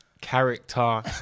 character